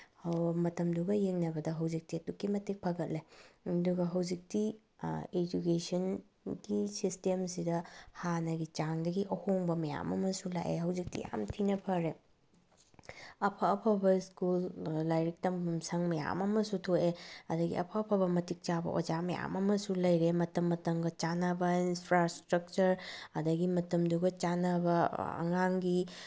ꯃꯇꯝꯗꯨꯒ ꯌꯦꯡꯅꯕꯗ ꯍꯧꯖꯤꯛꯇꯤ ꯑꯗꯨꯛꯀꯤ ꯃꯇꯤꯛ ꯐꯒꯠꯂꯦ ꯑꯗꯨꯒ ꯍꯧꯖꯤꯛꯇꯤ ꯏꯗꯨꯀꯦꯁꯟꯒꯤ ꯁꯤꯁꯇꯦꯝꯁꯤꯗ ꯍꯥꯟꯅꯒꯤ ꯆꯥꯡꯗꯒꯤ ꯑꯍꯣꯡꯕ ꯃꯌꯥꯝ ꯑꯃꯁꯨ ꯂꯥꯛꯑꯦ ꯍꯧꯖꯤꯛꯇꯤ ꯌꯥꯝ ꯊꯤꯅ ꯐꯔꯦ ꯑꯐ ꯑꯐꯕ ꯁ꯭ꯀꯨꯜ ꯂꯥꯏꯔꯤꯛ ꯇꯝꯐꯝ ꯁꯪ ꯃꯌꯥꯝ ꯑꯃꯁꯨ ꯊꯣꯛꯑꯦ ꯑꯗꯒꯤ ꯑꯐ ꯑꯐꯕ ꯃꯇꯤꯛ ꯆꯥꯕ ꯑꯣꯖꯥ ꯃꯌꯥꯝ ꯑꯃꯁꯨ ꯂꯩꯔꯦ ꯃꯇꯝ ꯃꯇꯝꯒ ꯆꯥꯟꯅꯕ ꯏꯟꯐ꯭ꯔꯥꯏꯁꯇ꯭ꯔꯛꯆꯔ ꯑꯗꯒꯤ ꯃꯇꯝꯗꯨꯒ ꯆꯥꯟꯅꯕ ꯑꯉꯥꯡꯒꯤ